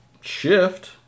shift